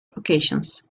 occasions